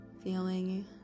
feeling